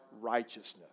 righteousness